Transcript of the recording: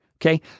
Okay